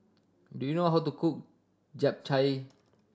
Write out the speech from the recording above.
do you know how to cook Japchae